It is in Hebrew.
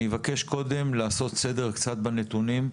אני אבקש לעשות קודם קצת סדר בנתונים.